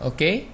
Okay